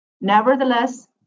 Nevertheless